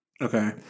Okay